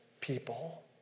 people